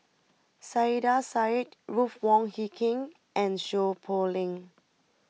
Saiedah Said Ruth Wong Hie King and Seow Poh Leng